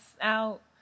out